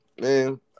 man